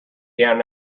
down